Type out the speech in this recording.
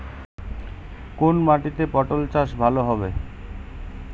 কোন মাটিতে পটল চাষ ভালো হবে?